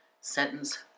sentence